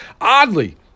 Oddly